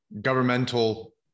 governmental